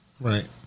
Right